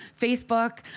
Facebook